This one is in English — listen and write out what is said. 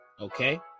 Okay